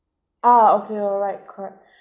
ah okay alright correct